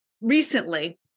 recently